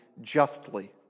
justly